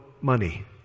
money